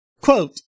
Quote